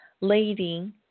lady